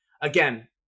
again